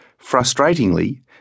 Frustratingly